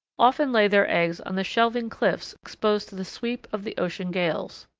often lay their eggs on the shelving cliffs exposed to the sweep of the ocean gales.